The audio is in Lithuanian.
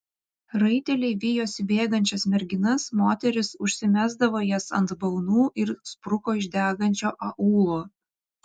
raiteliai vijosi bėgančias merginas moteris užsimesdavo jas ant balnų ir spruko iš degančio aūlo